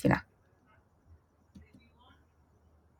בעל קורא אדם אשר יודע לקרוא בטעמי המקרא,